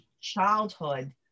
childhood